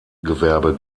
gewerbe